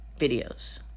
videos